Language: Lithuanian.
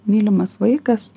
mylimas vaikas